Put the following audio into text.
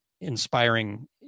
inspiring